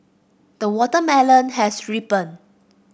the watermelon has ripen